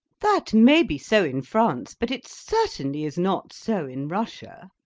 that may be so in france, but it certainly is not so in russia.